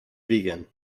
vegan